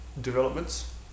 developments